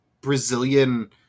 brazilian